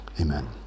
amen